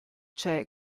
cioè